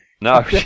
No